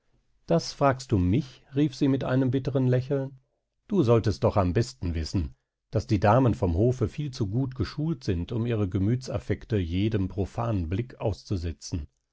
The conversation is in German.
das fragst du mich rief sie mit einem bitteren lächeln du solltest doch am besten wissen daß die damen vom hofe viel zu gut geschult sind um ihre gemütsaffekte jedem profanen blick auszusetzen